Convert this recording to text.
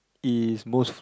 is most